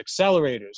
accelerators